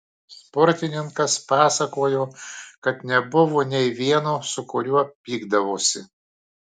sportininkas pasakojo kad nebuvo nei vieno su kuriuo pykdavosi